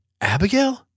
Abigail